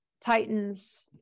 Titan's